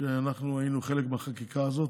אנחנו היינו חלק מהחקיקה הזאת.